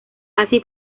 así